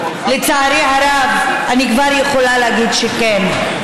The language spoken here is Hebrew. לצערי הרב, אני כבר יכולה להגיד שכן.